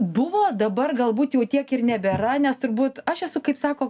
buvo dabar galbūt jau tiek ir nebėra nes turbūt aš esu kaip sako